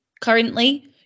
currently